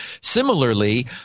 Similarly